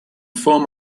form